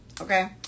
Okay